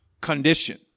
condition